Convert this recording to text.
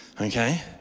Okay